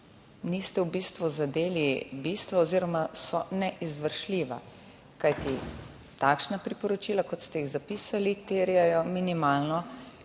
niste v bistvu zadeli bistva oziroma so neizvršljiva, kajti takšna priporočila kot ste jih zapisali, terjajo minimalno